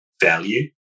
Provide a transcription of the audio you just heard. value